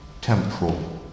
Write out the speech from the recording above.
temporal